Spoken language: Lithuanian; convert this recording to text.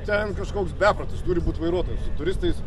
ten kažkoks beprotis turi būt vairuotojas su turistais